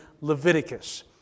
Leviticus